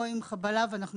עם חבלה או נפילה.